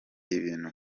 ibintu